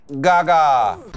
Gaga